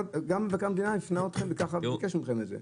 גם מבקר המדינה הפנה אתכם והוא ביקש מכם את זה,